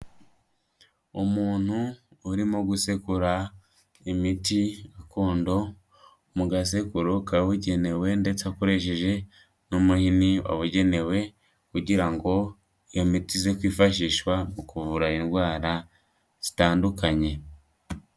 Umuntu urimo gusekura imiti gakondo mu gasekuru kabugenewe ndetse akoresheje n'umuhini wabugenewe kugira ngo iyo miti ize kwifashishwa mu kuvura indwara zitandukanye.